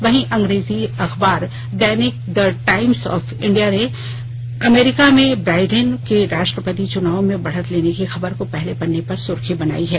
वहीं अंग्रेजी दैनिक द टाइम्स ऑफ इंडिया ने अमेरिका में ब्राइडेन के राष्ट्रपति चुनाव में बढ़त लेने की खबर को पहले पन्ने की सुर्खी बनाई है